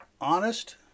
honest